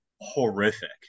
horrific